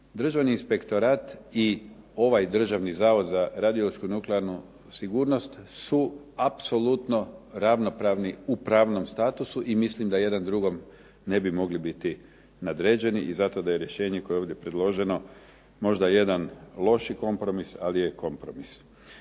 Državni inspektorat i ovaj Državni zavod za radiološku i nuklearnu sigurnost su apsolutno ravnopravni u pravnom statusu i mislim da jedan drugome ne bi mogli biti nadređeni i zato da je rješenje koje je ovdje predloženo možda jedan loši kompromis ali je kompromis.